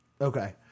Okay